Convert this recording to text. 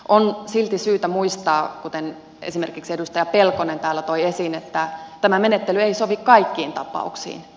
on silti syytä muistaa kuten esimerkiksi edustaja pelkonen täällä toi esiin että tämä menettely ei sovi kaikkiin tapauksiin